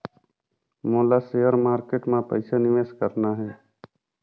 मोला share market मां पइसा निवेश करना हे?